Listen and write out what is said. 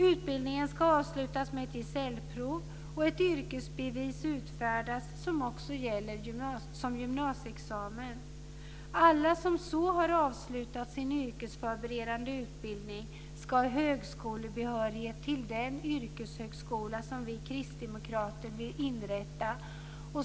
Utbildningen ska avslutas med ett gesällprov, och ett yrkesbevis ska utfärdas som också gäller som gymnasieexamen. Alla som har avslutat sin yrkesförberedande utbildning ska ha högskolebehörighet till den yrkeshögskola som vi kristdemokrater vill inrätta.